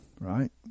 right